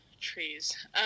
trees